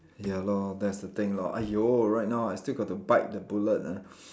ya lor that's the thing lor !aiyo! right now I still got to bite the bullet ah